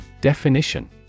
Definition